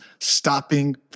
stopping